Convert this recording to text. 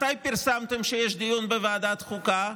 מתי פרסמתם שיש דיון בוועדת החוקה?